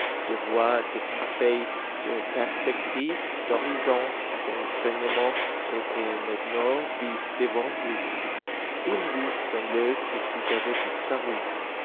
de voix de conseils de perspectives d'horizons d'enseignements était maintenant vide devant lui il lui semblait que tout avait disparu